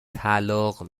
طلاق